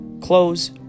Close